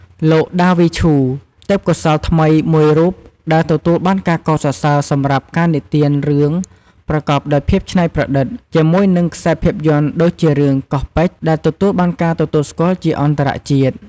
លោក ដាវី ឈូ ទេពកោសល្យថ្មីមួយរូបដែលទទួលបានការកោតសរសើរសម្រាប់ការនិទានរឿងប្រកបដោយភាពច្នៃប្រឌិត ជាមួយនឹងខ្សែភាពយន្តដូចជារឿង "កោះពេជ្រ" ដែលទទួលបានការទទួលស្គាល់ជាអន្តរជាតិ។